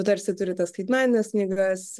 tarsi turi tas skaitmenines knygas